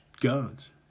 guns